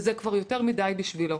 וזה כבר יותר מדיי בשבילו,